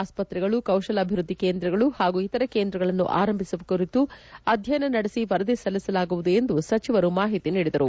ಆಸ್ಪತ್ರೆಗಳು ಕೌಶಲ ಅಭಿವ್ಯದ್ದಿ ಕೇಂದ್ರಗಳು ಹಾಗೂ ಇತರೆ ಕೇಂದ್ರಗಳನ್ನು ಆರಂಭಿಸುವ ಕುರಿತು ಅಧ್ಯಯನ ನಡೆಸಿ ವರದಿ ಸಲ್ಲಿಸಲಾಗುವುದು ಎಂದು ಸಚಿವರು ಮಾಪತಿ ನೀಡಿದರು